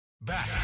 Back